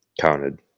counted